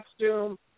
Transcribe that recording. costume